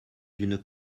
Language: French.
d’une